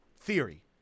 Theory